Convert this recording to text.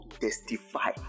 testify